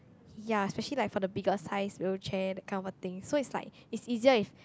ya especially like for the bigger size wheelchair that kind of a thing so it's like it's easier if